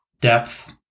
depth